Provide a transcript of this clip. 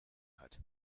hat